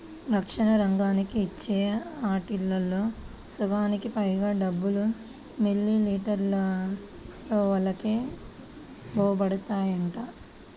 రక్షణ రంగానికి ఇచ్చే ఆటిల్లో సగానికి పైగా డబ్బులు మిలిటరీవోల్లకే బోతాయంట